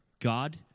God